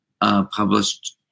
published